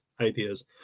ideas